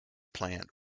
plant